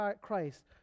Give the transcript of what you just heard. Christ